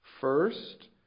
First